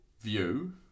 view